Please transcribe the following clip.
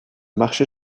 marché